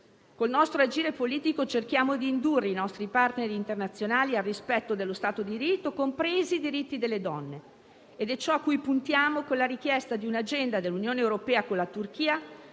il nostro agire politico cerchiamo di indurre i nostri *partner* internazionali al rispetto dello Stato di diritto, compresi i diritti delle donne. Ed è ciò a cui puntiamo con la richiesta di un agenda dell'Unione europea con la Turchia,